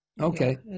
Okay